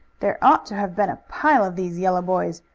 there ought to have been a pile of these yellow boys.